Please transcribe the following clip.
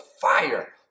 fire